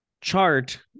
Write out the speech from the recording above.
Chart